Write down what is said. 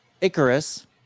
icarus